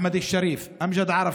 אחמד אל-שריף, אמג'ד עארפי,